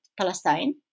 Palestine